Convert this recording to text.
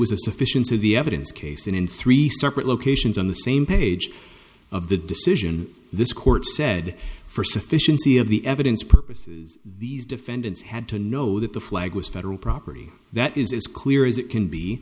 was a sufficiency of the evidence case and in three separate locations on the same page of the decision this court said for sufficiency of the evidence purposes these defendants had to know that the flag was federal property that is as clear as it can be